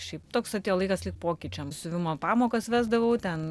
šiaip toks atėjo laikas lyg pokyčiams siuvimo pamokas vesdavau ten